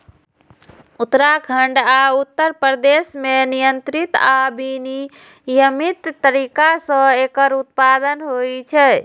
उत्तराखंड आ उत्तर प्रदेश मे नियंत्रित आ विनियमित तरीका सं एकर उत्पादन होइ छै